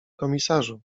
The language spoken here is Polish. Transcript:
komisarzu